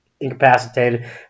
incapacitated